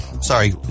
Sorry